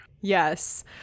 Yes